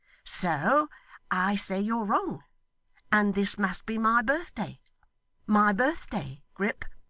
so i say you're wrong and this must be my birthday my birthday, grip